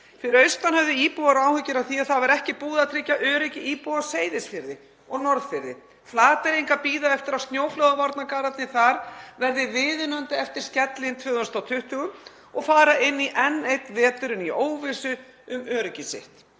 Fyrir austan höfðu íbúar áhyggjur af því að það var ekki búið að tryggja öryggi íbúa á Seyðisfirði og Norðfirði. Flateyringar bíða eftir að snjóflóðavarnargarðarnir þar verði viðunandi eftir skellinn 2020 og fara inn í enn einn veturinn í óvissu um öryggi sitt.